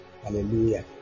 Hallelujah